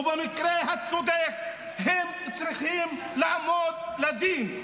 ובמקרה הצודק הם צריכים לעמוד לדין.